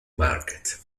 market